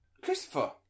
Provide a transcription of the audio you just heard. Christopher